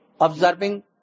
observing